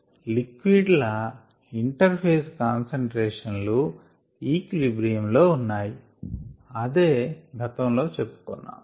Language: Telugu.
గ్యాస్ మరియు లిక్విడ్ ల ఇంటర్ ఫేజ్ కాన్సంట్రేషన్ లు ఈక్విలిబ్రియం లో ఉన్నాయి అదే గతం లో చెప్పుకొన్నాం